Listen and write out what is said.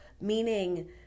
Meaning